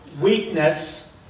weakness